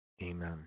Amen